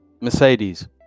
Mercedes